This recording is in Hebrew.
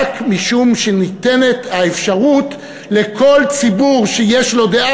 רק משום שניתנת האפשרות לכל ציבור שיש לו דעה,